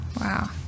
Wow